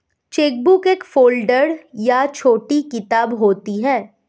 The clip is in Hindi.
चेकबुक एक फ़ोल्डर या छोटी किताब होती है